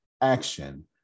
action